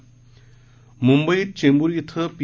म्ंबईत चेंबूर इथं पी